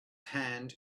hand